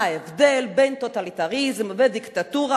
מה ההבדל בין טוטליטריזם לדיקטטורה,